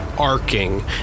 Arcing